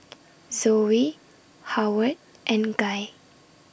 Zoe Howard and Guy